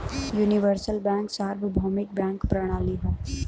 universal bank सार्वभौमिक bank प्रणाली हौ